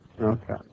Okay